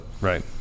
Right